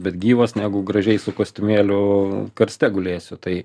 bet gyvas negu gražiai su kostiumėliu karste gulėsiu tai